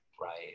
right